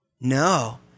No